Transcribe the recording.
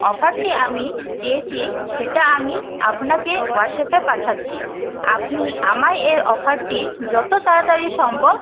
অফারটি আমি পেয়েছি সেটা আমি আপনাকে হোয়াটসঅ্যাপে পাঠাচ্ছি আপনি আমায় এ অফারটি যত তাড়াতাড়ি সম্ভব